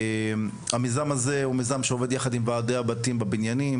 המיזם הזה עובד יחד עם הבניינים,